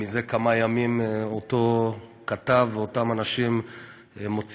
זה כמה ימים אותו כתב ואותם אנשים מוציאים